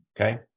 Okay